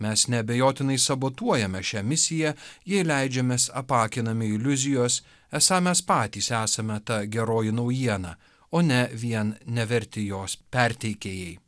mes neabejotinai sabotuojame šią misiją jei leidžiamės apakinami iliuzijos esą mes patys esame ta geroji naujiena o ne vien neverti jos perteikėjai